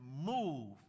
move